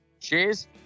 Cheers